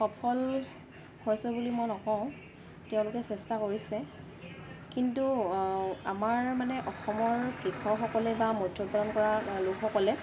সফল হৈছে বুলি মই নকওঁ তেওঁলোকে চেষ্টা কৰিছে কিন্তু আমাৰ মানে অসমৰ কৃষকসকলে বা মৎস্য় পালন কৰা লোকসকলে